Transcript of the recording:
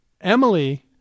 Emily